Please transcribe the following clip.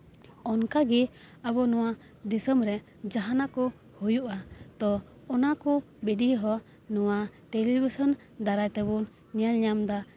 ᱚᱱᱠᱟᱜᱮ ᱟᱵᱚ ᱱᱚᱣᱟ ᱫᱤᱥᱚᱢᱨᱮ ᱡᱟᱦᱟᱱᱟᱜ ᱠᱚ ᱦᱩᱭᱩᱜᱼᱟ ᱛᱚ ᱚᱱᱟ ᱠᱚ ᱵᱷᱤᱰᱤᱭᱳ ᱦᱚᱸ ᱴᱮᱞᱤᱵᱷᱤᱥᱚᱱ ᱫᱟᱨᱟᱭ ᱛᱮᱵᱚᱱ ᱧᱮᱞ ᱧᱟᱢᱫᱟ